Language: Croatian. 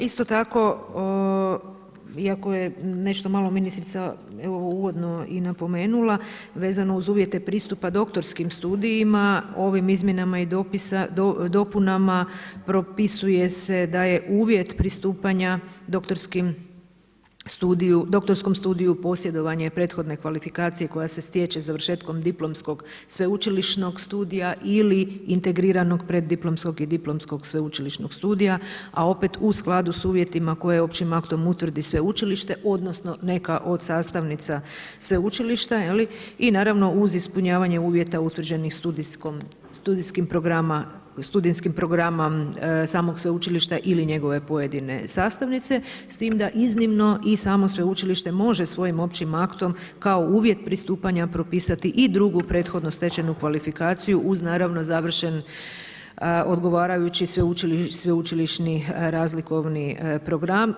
Isto tako iako je nešto malo ministrica uvodno i napomenula vezano uz uvjete pristupa doktorskim studijima ovim izmjenama i dopunama propisuje se da je uvjet pristupanja doktorskom studiju posjedovanje prethodne kvalifikacije koja se stječe završetkom diplomskog sveučilišnog studija ili integriranog preddiplomskog i diplomskog sveučilišnog studija, a opet u skladu s uvjetima koje općim aktom utvrdi sveučilište odnosno neka od sastavnica sveučilišta i naravno uz ispunjavanje uvjeta utvrđenih studijskog programa samog sveučilišta ili njegove pojedine sastavnice, s tim da iznimno i samo sveučilište može svojim općim aktom kao uvjet pristupanja propisat i drugi prethodno stečenu kvalifikaciju, uz naravno završen odgovarajući sveučilišni razlikovni program.